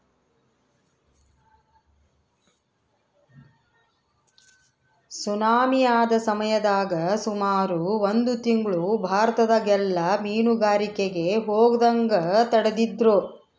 tsunami ಆದ ಸಮಯದಾಗ ಸುಮಾರು ಒಂದು ತಿಂಗ್ಳು ಭಾರತದಗೆಲ್ಲ ಮೀನುಗಾರಿಕೆಗೆ ಹೋಗದಂಗ ತಡೆದಿದ್ರು